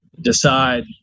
decide